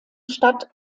stadt